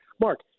Mark